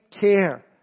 care